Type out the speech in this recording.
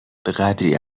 بهقدری